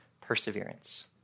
perseverance